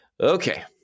Okay